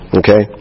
okay